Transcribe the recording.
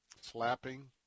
slapping